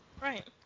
Right